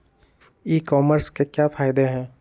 ई commerce के क्या फायदे हैं?